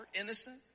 innocent